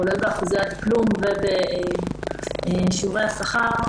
כולל באחוזי הדפלום ובשיעורי השכר.